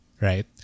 right